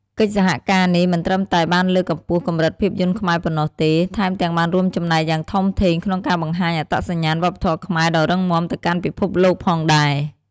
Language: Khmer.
កិច្ចសហការនេះមិនត្រឹមតែបានលើកកម្ពស់កម្រិតភាពយន្តខ្មែរប៉ុណ្ណោះទេ ថែមទាំងបានរួមចំណែកយ៉ាងធំធេងក្នុងការបង្ហាញអត្តសញ្ញាណវប្បធម៌ខ្មែរដ៏រឹងមាំទៅកាន់ពិភពលោកផងដែរ។